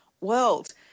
world